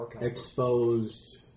exposed